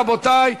רבותי,